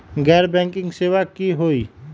गैर बैंकिंग सेवा की होई?